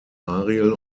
ariel